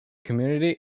community